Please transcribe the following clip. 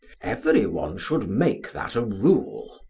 everyone should make that a rule.